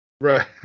Right